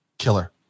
Killer